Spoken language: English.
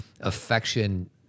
Affection